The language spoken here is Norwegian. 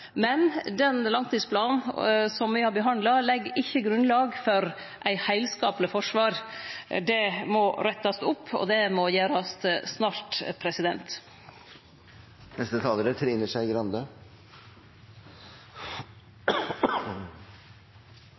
men den langtidsplanen me har behandla, legg ikkje grunnlag for eit heilskapleg forsvar. Det må rettast opp, og det må gjerast snart.